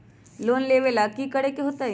Loan लेवेला की करेके होतई?